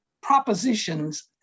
propositions